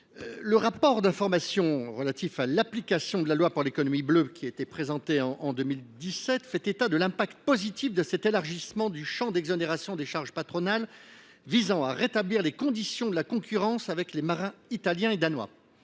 Le rapport d’information sur la mise en application de la loi pour l’économie bleue, rendu public au mois de décembre 2017, fait état de l’impact positif de l’élargissement du champ d’exonération des charges patronales, visant à « rétablir les conditions de la concurrence avec les marins italiens et danois